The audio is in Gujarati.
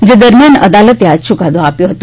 જે દરમિયાન અદાલતે આ યુકાદો આપ્યો હતો